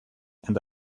and